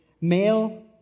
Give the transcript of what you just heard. male